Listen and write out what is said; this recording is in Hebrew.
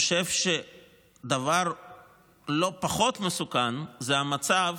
אני חושב שדבר לא פחות מסוכן זה המצב